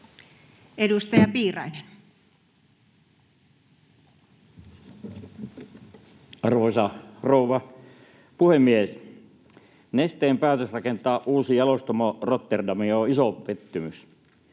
Edustaja Piirainen. Arvoisa rouva puhemies! Nesteen päätös rakentaa uusi jalostamo Rotterdamiin on iso pettymys.